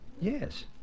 Yes